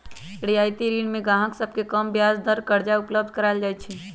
रियायती ऋण में गाहक सभके कम ब्याज दर पर करजा उपलब्ध कराएल जाइ छै